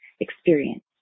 experience